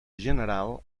general